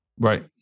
Right